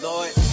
Lord